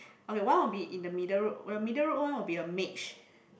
okay one will be in the middle road when the middle road one will be a mage